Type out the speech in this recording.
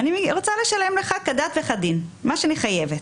-- אני רוצה לשלם לך כדת וכדין את מה שאני חייבת.